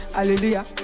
Hallelujah